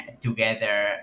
together